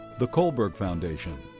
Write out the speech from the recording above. the kohlberg foundation.